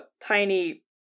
tiny